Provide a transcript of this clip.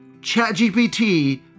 ChatGPT